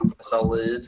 solid